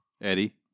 Eddie